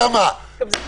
אוסנת, משפט סיום.